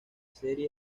serie